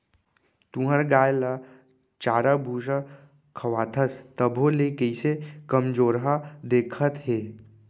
तुंहर गाय ल चारा भूसा खवाथस तभो ले कइसे कमजोरहा दिखत हे?